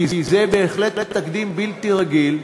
כי זה בהחלט תקדים בלתי רגיל,